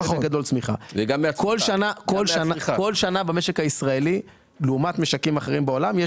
כל שנה במשק הישראלי לעומת משקים אחרים בעולם,